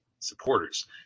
Supporters